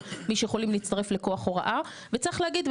מי שיכול להצטרף לכוח הוראה וצריך להגיד,